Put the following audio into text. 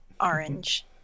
orange